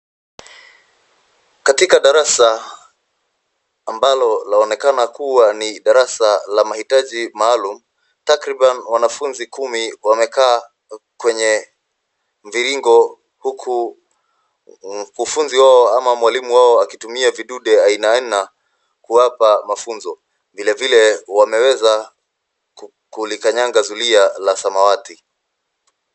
Katika darasa ambalo laonekana kuwa ni darasa la mahitaji maalum, takriban wanafunzi kumi wamekaa kwenye mviringo huku mkufunzi wao ama mwalimu wao akitumia vidude aina aina kuwapa mafunzo. Vile vile wameweza kulikanyanga zulia la samawati.